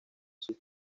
sus